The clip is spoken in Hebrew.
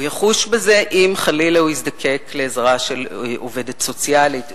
הוא יחוש בזה אם חלילה הוא יזדקק לעזרה של עובדת סוציאלית.